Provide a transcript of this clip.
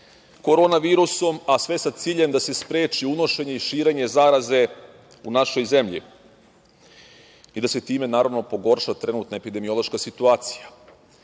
korona virusom, a sve sa ciljem da se spreči unošenje i širenje zaraze u našoj zemlji i da se time naravno pogorša trenutna epidemiološka situacija.